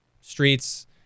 streets